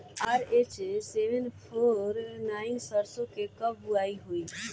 RH seven four nine सरसो के कब बुआई होई?